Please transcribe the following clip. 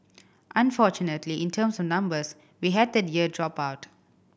unfortunately in terms of numbers we had that year drop out